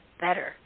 better